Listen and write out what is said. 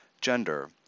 gender